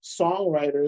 songwriters